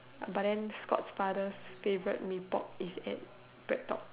but but then Scott's father favourite Mee-Pok is at breadtalk